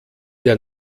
der